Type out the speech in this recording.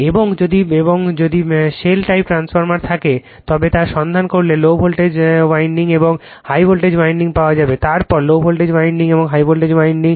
এবং যদি shell type transformer থাকে তবে তা সন্ধান করলে লো ভোল্টেজ ওয়াইন্ডিং এবং হাই ভোল্টেজ ওয়াইন্ডিং পাওয়া যাবে তারপর লো ভোল্টেজ ওয়াইন্ডিং এবং হাই ভোল্টেজ ওয়াইন্ডিং